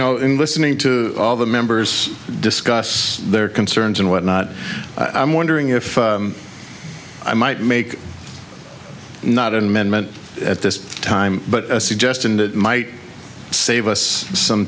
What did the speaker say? know in listening to all the members discuss their concerns and whatnot i'm wondering if i might make not an amendment at this time but a suggestion that might save us some